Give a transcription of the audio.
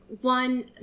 One